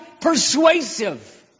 persuasive